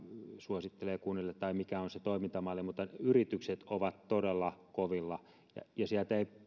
suosittelee kunnille tai mikä on se toimintamalli mutta yritykset ovat todella kovilla ja sieltä ei